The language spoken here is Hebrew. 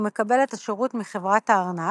הוא מקבל את השירות מחברת הארנק,